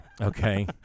Okay